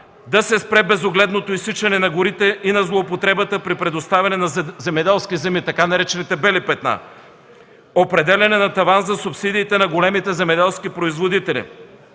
Да се спре безогледното изсичане на горите и на злоупотребата с предоставяне на земеделски земи – така наречените „бели петна”; определяне на таван за субсидиите за големите земеделски производители;